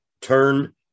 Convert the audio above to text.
Turn